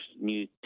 new